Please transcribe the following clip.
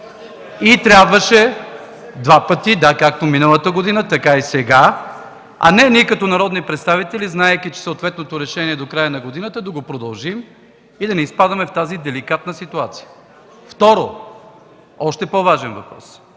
и реплики.) Да, както миналата година, така и сега, а не ние като народни представители, знаейки, че съответното решение е до края на годината, да го продължим и да не изпадаме в тази деликатна ситуация. Второ, още по-важен въпрос.